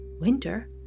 Winter